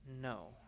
no